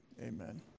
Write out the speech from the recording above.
amen